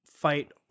fight